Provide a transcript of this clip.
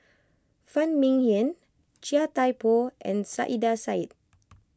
Phan Ming Yen Chia Thye Poh and Saiedah Said